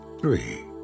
three